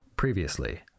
Previously